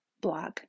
blog